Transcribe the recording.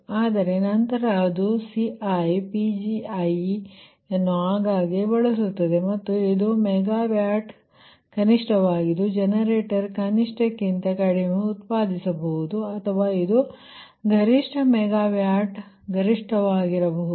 ಆದರೆ ನಂತರ ಅದು Ciಯನ್ನು ಆಗಾಗ್ಗೆ ಬಳಸುತ್ತದೆ ಮತ್ತು ಇದು ಮೆಗಾ ವ್ಯಾಟ್ ಕನಿಷ್ಠವಾಗಿದ್ದು ಜನರೇಟರ್ ಕನಿಷ್ಠಕ್ಕಿಂತ ಕಡಿಮೆ ಉತ್ಪಾದಿಸಬಹುದು ಅಥವಾ ಇದು ಗರಿಷ್ಠ ಮೆಗಾ ವ್ಯಾಟ್ ಗರಿಷ್ಠವಾಗಿರಬಹುದು